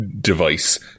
device